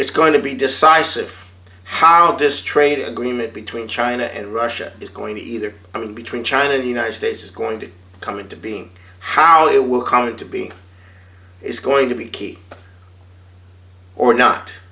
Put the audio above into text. it's going to be decisive how distrait agreement between china and russia is going to either and between china and the united states is going to come into being how it will come into being is going to be key or not